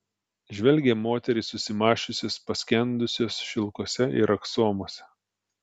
žvelgia moterys susimąsčiusios paskendusios šilkuose ir aksomuose